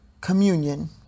communion